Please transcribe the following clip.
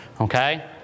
Okay